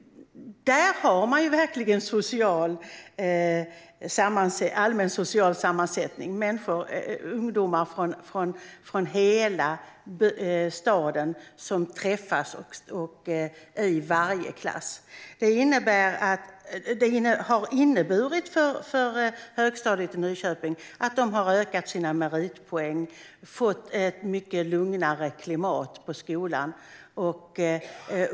Där har man verkligen en allmän social sammansättning med ungdomar från hela staden som träffas i varje klass. Det har inneburit att högstadiet i Nyköping har ökat sina meritpoäng och fått ett mycket lugnare klimat på skolan.